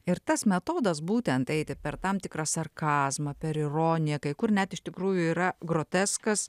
ir tas metodas būtent eiti per tam tikrą sarkazmą per ironiją kai kur net iš tikrųjų yra groteskas